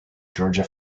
georgia